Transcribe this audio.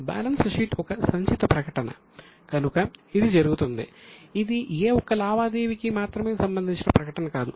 balance sheet ఒక సంచిత ప్రకటన కనుక ఇది జరుగుతుంది ఇది ఏ ఒక్క లావాదేవీకి మాత్రమే సంబంధించిన ప్రకటన కాదు